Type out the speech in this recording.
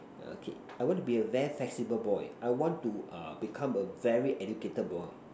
okay I want to be a very flexible boy I want to uh become a very educated boy